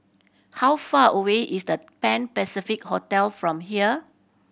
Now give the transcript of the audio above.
how far away is The Pan Pacific Hotel from here